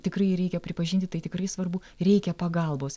tikrai reikia pripažinti tai tikrai svarbu reikia pagalbos